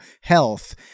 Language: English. health